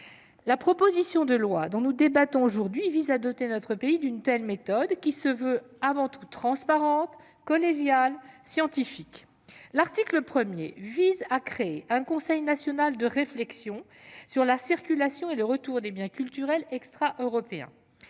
La proposition de loi dont nous débattons vise à nous doter d'une telle méthode, qui se veut avant tout transparente, collégiale et scientifique. L'article 1 vise à créer un Conseil national de réflexion sur la circulation et le retour des biens culturels extra-européens.